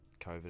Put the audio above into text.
COVID